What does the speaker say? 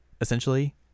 essentially